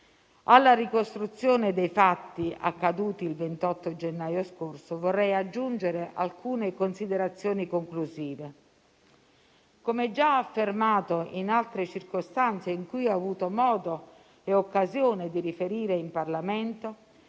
alla ricostruzione dei fatti accaduti il 28 gennaio scorso vorrei aggiungere alcune considerazioni conclusive: come già affermato in altre circostanze in cui ho avuto modo e occasione di riferire in Parlamento,